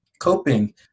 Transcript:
coping